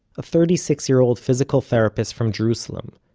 a thirty-six year old physical therapist from jerusalem,